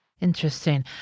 Interesting